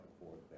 forward